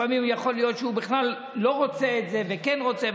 יכול להיות שהוא בכלל לא רוצה את זה וכן רוצה,